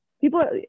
People